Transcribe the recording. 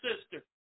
sister